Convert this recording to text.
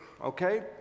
okay